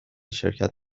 شرکت